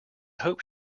hope